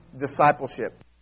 discipleship